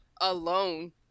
alone